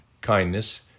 kindness